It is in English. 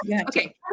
Okay